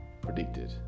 predicted